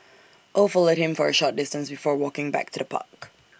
oh followed him for A short distance before walking back to the park